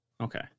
Okay